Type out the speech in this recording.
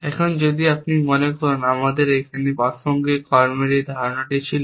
এখন যদি আপনি মনে করেন আমাদের এখানে প্রাসঙ্গিক কর্মের এই ধারণাটি ছিল